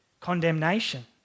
condemnation